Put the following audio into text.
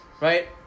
right